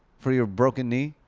for your broken knee.